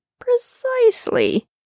Precisely